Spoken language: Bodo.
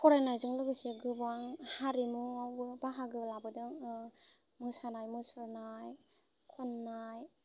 फरायनायजों लोगोसे गोबां हारिमुवावबो बाहागो लाबोदों मोसानाय मुसुरनाय खन्नाय